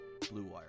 bluewire